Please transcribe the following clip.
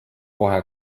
kohe